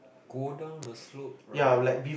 go down the slope roundabout